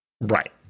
Right